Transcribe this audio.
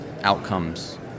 outcomes